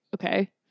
okay